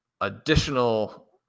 additional